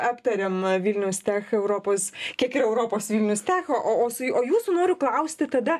aptarėm vilniaus tech europos kiek yra europos vilnius tech o o su o jūsų noriu klausti tada